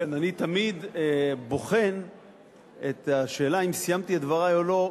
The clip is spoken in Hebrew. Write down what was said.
אני תמיד בוחן את השאלה אם סיימתי את דברי או לא,